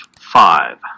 five